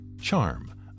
Charm